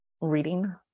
reading